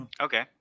Okay